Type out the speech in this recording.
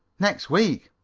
next week.